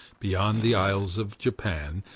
beyond the isles of japan,